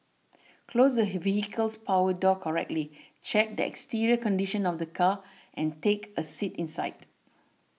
close the vehicle's power door correctly check the exterior condition of the car and take a seat inside